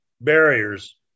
barriers